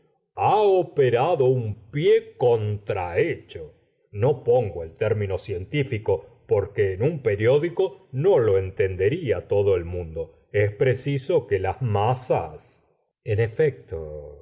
cha operado un pie contrahecho no pongo el término científico porpue en un periódico no lo entendería todo el mundo es preciso que las masas en efecto